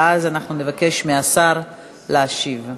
ואז נבקש מהשר להשיב.